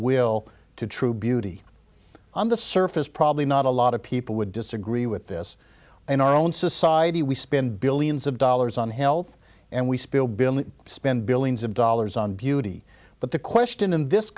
will to true beauty on the surface probably not a lot of people would disagree with this in our own society we spend billions of dollars on health and we spill bill and spend billions of dollars on beauty but the question in this